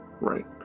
Right